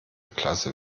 klasse